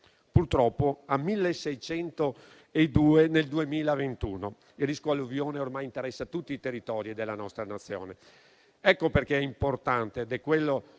nel 2011 a 1.602 nel 2021. Il rischio di alluvione ormai interessa tutti i territori della nostra nazione. Ecco perché è importante, ed è questo